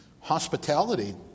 hospitality